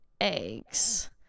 eggs